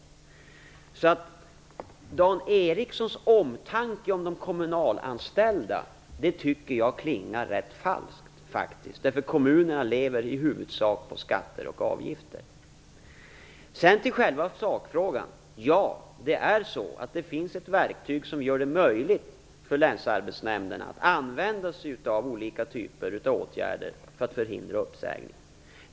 Dan Ericssons omtanke om de kommunalanställda tycker jag klingar ganska falsk. Kommunerna lever i huvudsak på skatter och avgifter. Låt mig sedan gå över till själva sakfrågan. Det är så att det finns ett verktyg som gör det möjligt för länsarbetsnämnderna att använda sig av olika typer av åtgärder för att förhindra uppsägning.